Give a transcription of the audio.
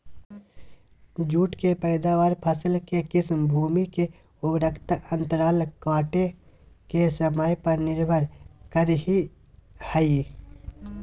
जुट के पैदावार, फसल के किस्म, भूमि के उर्वरता अंतराल काटे के समय पर निर्भर करई हई